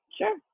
Sure